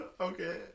Okay